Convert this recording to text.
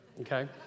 Okay